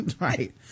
Right